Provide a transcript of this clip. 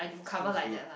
sounds good